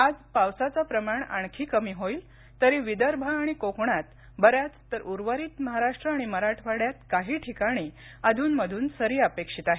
आज पावसाचं प्रमाण आणखी कमी होईल तरी विदर्भ आणि कोकणात बऱ्याच तर उर्वरित महाराष्ट्र आणि मराठवाड्यात काही ठिकाणी अध्न मध्न सरी अपक्षित आहेत